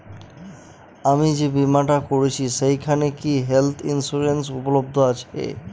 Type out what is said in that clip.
আমি যে বীমাটা করছি সেইখানে কি হেল্থ ইন্সুরেন্স উপলব্ধ আছে?